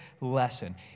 lesson